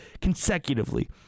consecutively